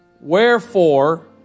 Wherefore